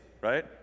right